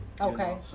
Okay